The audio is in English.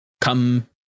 come